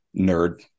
nerd